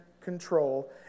control